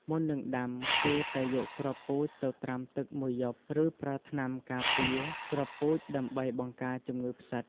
មុននឹងដាំ គួរតែយកគ្រាប់ពូជទៅត្រាំទឹកមួយយប់ ឬប្រើថ្នាំការពារគ្រាប់ពូជដើម្បីបង្ការជំងឺផ្សិត។